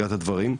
הצגת הדברים.